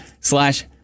slash